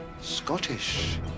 Scottish